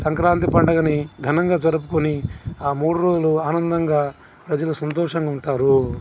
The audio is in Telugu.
సంక్రాంతి పండగని ఘనంగా జరుపుకొని ఆ మూడు రోజులు ఆనందంగా ప్రజలు సంతోషంగా ఉంటారు